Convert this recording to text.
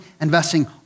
investing